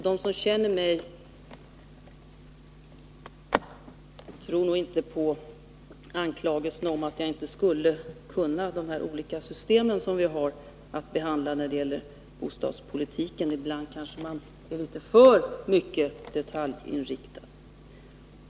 De som känner mig tror nog inte på anklagelsen att jag inte skulle kunna de olika system vi har att behandla när det gäller bostadspolitiken — ibland kanske man blir litet för mycket detaljinriktad.